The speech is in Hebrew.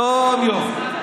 יום-יום.